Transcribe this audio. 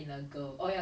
um I guess